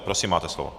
Prosím, máte slovo.